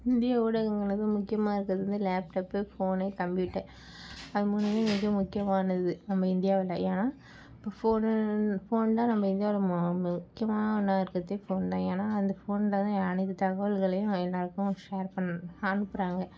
இந்திய ஊடகங்களில் மிக முக்கியமாக இருக்கிறது வந்து லேப்டப்பு ஃபோனு கம்யூட்டர் அது மூணுமே மிக முக்கியமானது நம்ம இந்தியாவில் ஏன்னால் இப்போ ஃபோனு ஃபோன் தான் நம்ம இந்தியாவில் மிக முக்கியமான ஒன்றா இருக்கிறதே ஃபோனு தான் ஏன்னால் அந்த ஃபோனில்தான் அனைத்து தகவல்களையும் எல்லாேருக்கும் ஷேர் பண் அனுப்புகிறாங்க